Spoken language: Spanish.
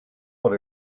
por